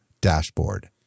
dashboard